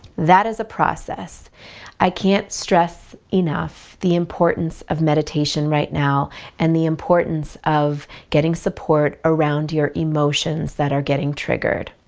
that is a process i can't stress enough the importance of meditation right now and the importance of getting support around your emotions that are getting triggered.